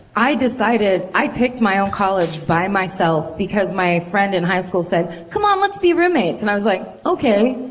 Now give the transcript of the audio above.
i decided, i picked my own college by myself because my friend in high school said, come on, let's be roommates! and i was like, ok.